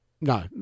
No